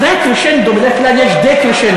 אחרי הקרשנדו בדרך כלל יש דה-קרשנדו,